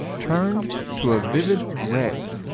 turned to a vivid red.